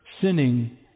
sinning